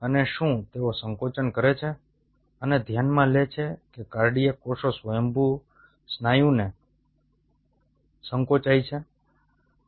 અને શું તેઓ સંકોચન કરે છે અને ધ્યાનમાં લે છે કે કાર્ડિયાક કોષો સ્વયંભૂ સ્નાયુને સંકોચાય છે